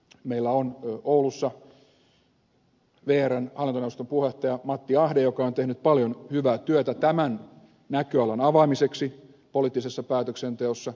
meillä on oulussa vrn hallintoneuvoston puheenjohtaja matti ahde joka on tehnyt paljon hyvää työtä tämän näköalan avaamiseksi poliittisessa päätöksenteossa